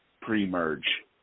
pre-merge